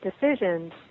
decisions